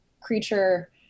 creature